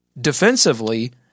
defensively